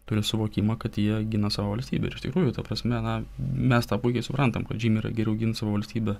turi suvokimą kad jie gina savo valstybę ir iš tikrųjų ta prasme na mes tą puikiai suprantam kad žymiai yra geriau gint savo valstybę